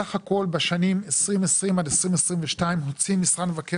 בסך הכול בשנים 2020 עד 2022 הוציא משרד מבקר